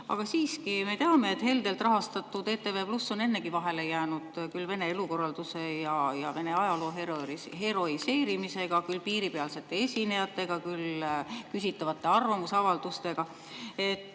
Aga siiski, me teame, et heldelt rahastatud ETV+ on ennegi vahele jäänud küll Vene elukorralduse ja Vene ajaloo heroiseerimisega, küll piiripealsete esinejatega, küll küsitavate arvamusavaldustega.